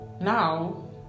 now